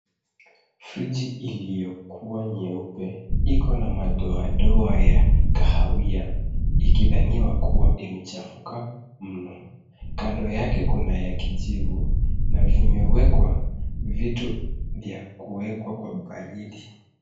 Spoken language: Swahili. Friji iliyokuwa nyeupe iko na madoadoa ya kahawia ikidhaniwa kuwa imechafuka. Kando yake kuna ya kijivu na vimewekwa vitu vya kuwekwa kwa baridi.